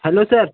hello sir